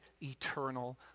eternal